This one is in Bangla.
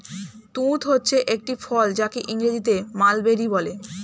তুঁত হচ্ছে একটি ফল যাকে ইংরেজিতে মালবেরি বলে